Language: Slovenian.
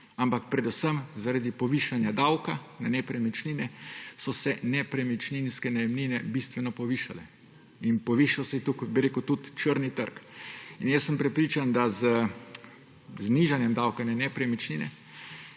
so se predvsem zaradi povišanja davka na nepremičnine nepremičninske najemnine bistveno povišale in povečal se je tudi črni trg. Prepričan sem, da je z znižanjem davka na nepremičnine